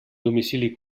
domicili